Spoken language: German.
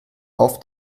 auf